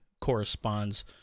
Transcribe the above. corresponds